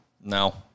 No